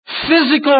physical